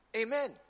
Amen